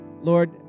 Lord